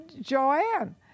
Joanne